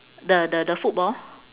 the the the football